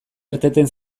irteten